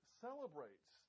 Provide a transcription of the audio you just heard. celebrates